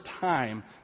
time